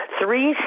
three